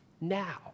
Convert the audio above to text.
now